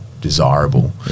desirable